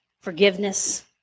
forgiveness